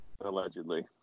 Allegedly